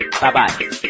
Bye-bye